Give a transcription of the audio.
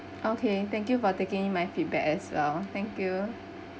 okay thank you for taking my feedback as well thank you